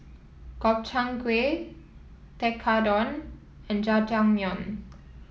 Gobchang Gui Tekkadon and Jajangmyeon